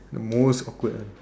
the most awkward one